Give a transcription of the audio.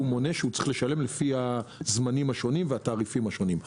הוא צריך לשלם לפי הזמנים השונים והתעריפים השונים.